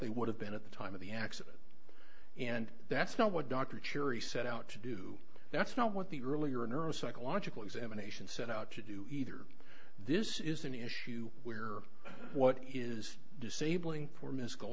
they would have been at the time of the accident and that's not what dr churi set out to do that's not what the earlier neuropsychological examination set out to do either this is an issue where what is disabling form is go